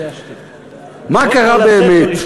מה קרה באמת?